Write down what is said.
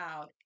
out